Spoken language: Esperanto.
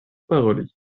paroli